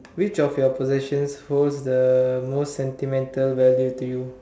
which of your possessions holds the most sentimental value to you